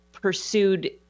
pursued